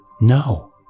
no